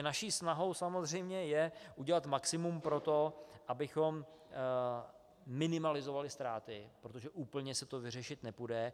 Naší snahou je samozřejmě udělat maximum pro to, abychom minimalizovali ztráty, protože úplně to vyřešit nepůjde.